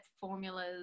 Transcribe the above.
formulas